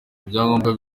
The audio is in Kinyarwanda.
ibyangombwa